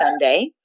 Sunday